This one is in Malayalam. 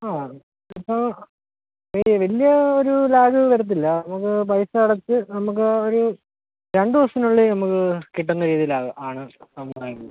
ആ ഇപ്പോൾ ഈ വലിയ ഒരു ലാഗ് വരത്തില്ല നമുക്ക് പൈസ അടച്ച് നമുക്ക് ആ ഒരു രണ്ട് ദിവസത്തിന് ഉള്ളിൽ നമുക്ക് കിട്ടുന്ന രീതിയിൽ ആ ആണ് അത് ഉണ്ടായിരുന്നത്